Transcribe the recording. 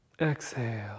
Exhale